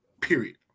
period